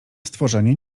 stworzenie